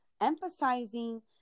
emphasizing